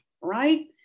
right